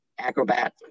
acrobat